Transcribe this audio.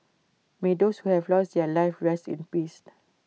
may those who have lost their lives rest in peace